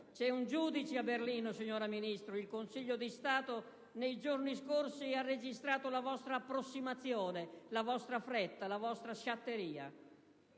C'è un giudice a Berlino, signora Ministro: il Consiglio di Stato nei giorni scorsi ha registrato la vostra approssimazione, la vostra fretta, la vostra sciatteria.